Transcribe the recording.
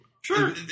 Sure